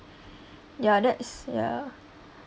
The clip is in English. ya that is ya